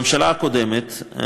בממשלה הקודמת,